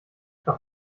doch